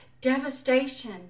devastation